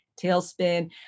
Tailspin